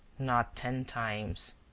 not ten times,